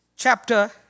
Chapter